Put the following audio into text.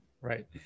right